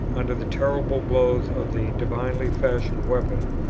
under the terrible blows of the divinely-fashioned weapon,